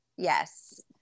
Yes